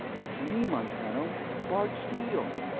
it's me, montano bart steele.